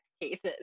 cases